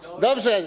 Dobrze.